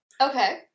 Okay